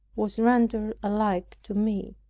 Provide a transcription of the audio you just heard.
was rendered alike to me.